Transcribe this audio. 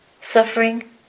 suffering